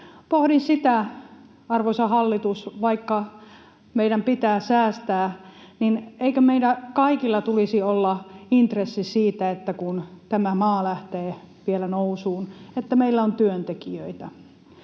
Pohdin sitä, arvoisa hallitus, että vaikka meidän pitää säästää, niin eikö meillä kaikilla tulisi olla intressi siitä, että kun tämä maa lähtee vielä nousuun, niin meillä on työntekijöitä.